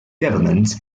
government